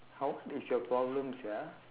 how is your problem sia